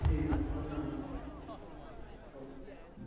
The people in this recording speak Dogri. ठीक ऐ फिर सर में ओन्ना